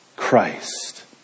Christ